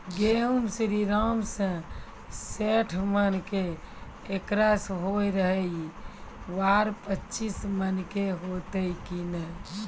गेहूँ श्रीराम जे सैठ मन के एकरऽ होय रहे ई बार पचीस मन के होते कि नेय?